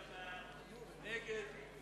57 נגד,